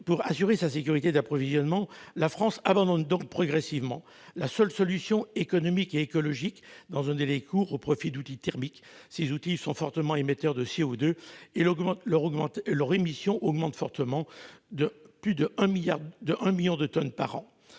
Pour assurer sa sécurité d'approvisionnement, la France abandonne progressivement la seule solution économique et écologique disponible dans un délai court, au profit d'outils thermiques fortement émetteurs de CO2. Leurs émissions augmentent fortement, de plus d'un million de tonnes par an.